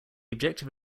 objective